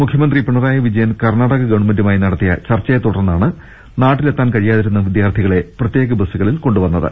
മുഖ്യമന്ത്രി പിണറായി വിജയൻ കർണാടക ഗവൺമെന്റുമായി നടത്തിയ ചർച്ചയെത്തുടർന്നാണ് നാട്ടിലെത്താൻ കഴിയാതിരുന്ന വിദ്യാർഥി കളെ പ്രത്യേക ബസ്സുകളിൽ കൊണ്ടുവന്നത്